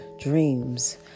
dreams